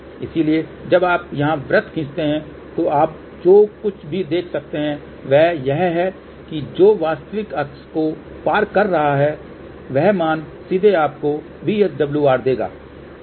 इसलिए जब आप यहां वृत्त खींचते हैं तो आप जो कुछ भी देख सकते हैं वह यह है कि जो वास्तविक अक्ष को पार कर रहा है वह मान सीधे आपको VSWR देगा जो कि 355 है